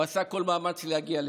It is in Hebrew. הוא עשה כל מאמץ להגיע לפה.